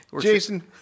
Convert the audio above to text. Jason